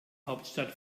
hauptstadt